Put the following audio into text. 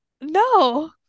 no